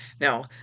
now